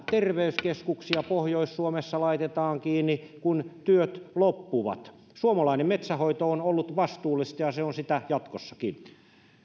terveyskeskuksia pohjois suomessa laitetaan kiinni kun työt loppuvat suomalainen metsänhoito on ollut vastuullista ja se on sitä jatkossakin